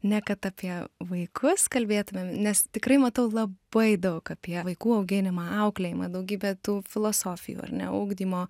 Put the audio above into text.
ne kad apie vaikus kalbėtumėm nes tikrai matau labai daug apie vaikų auginimą auklėjimą daugybę tų filosofijų ar ne ugdymo